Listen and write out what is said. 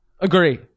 Agree